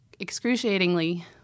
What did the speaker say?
excruciatingly